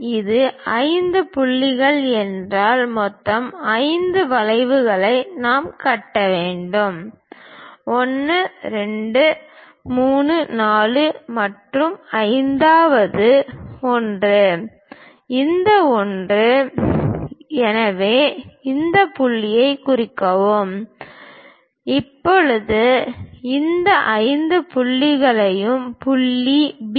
இது 5 புள்ளிகள் என்றால் மொத்தம் 5 வளைவுகளில் நாம் கட்ட வேண்டும் 1 2 3 4 மற்றும் 5 வது ஒன்று இந்த ஒன்று எனவே இந்த புள்ளிகளைக் குறிக்கவும் இப்போது இந்த 5 வது புள்ளியை புள்ளி B